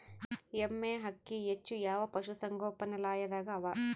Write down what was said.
ಎಮ್ಮೆ ಅಕ್ಕಿ ಹೆಚ್ಚು ಯಾವ ಪಶುಸಂಗೋಪನಾಲಯದಾಗ ಅವಾ?